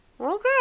okay